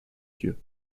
dieux